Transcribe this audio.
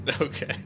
Okay